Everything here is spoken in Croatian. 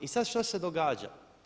I sad šta se događa.